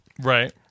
Right